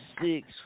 six